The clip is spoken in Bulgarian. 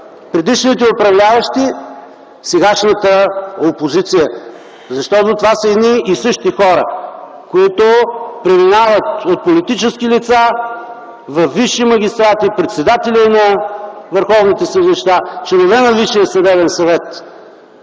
предишните управляващи – сегашната опозиция. Защото, това са едни и същи хора, които преминават от политически лица във висши магистрати, председатели на върховните съдилища, членове на Висшия съдебен съвет.